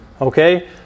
Okay